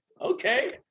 okay